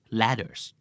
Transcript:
ladders